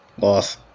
Loss